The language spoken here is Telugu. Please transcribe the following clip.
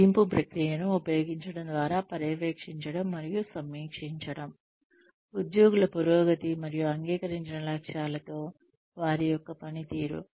మదింపు ప్రక్రియను ఉపయోగించడం ద్వారా పర్యవేక్షించడం మరియు సమీక్షించడం ఉద్యోగుల పురోగతి మరియు అంగీకరించిన లక్ష్యాలతో వారి యొక్క పనితీరు